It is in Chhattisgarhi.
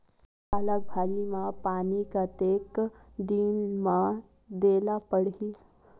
पालक भाजी म पानी कतेक दिन म देला पढ़ही?